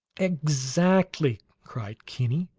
exactly! cried kinney.